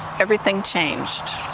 everything changed.